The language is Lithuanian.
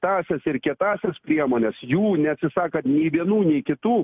tąsias ir kietąsias priemones jų neatsisakant nei vienų nei kitų